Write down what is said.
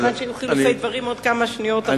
מכיוון שהיו חילופי דברים, עוד כמה שניות.